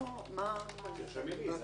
ולא לומר דבר.